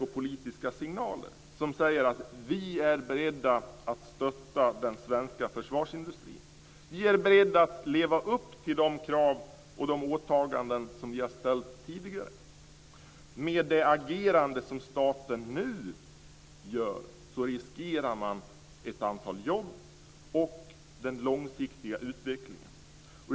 De politiska signalerna ska säga: Vi är beredda att stötta den svenska försvarsindustrin och vi är beredda att leva upp till de krav och åtaganden som vi har ställt och gjort tidigare. Det agerande som staten nu gör innebär risker för ett antal jobb och för den långsiktiga utvecklingen.